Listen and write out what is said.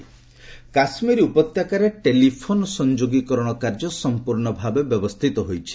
JK situation Kashmir ଉପତ୍ୟକାରେ telephone ସଂଯୋଗୀକରଣ କାର୍ଯ୍ୟ ସମ୍ପର୍ଶ୍ଣଭାବେ ବ୍ୟବସ୍ଥିତ ହୋଇଛି